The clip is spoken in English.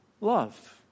love